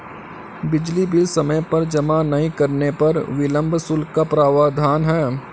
बिजली बिल समय पर जमा नहीं करने पर विलम्ब शुल्क का प्रावधान है